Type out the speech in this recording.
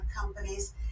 companies